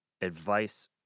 advice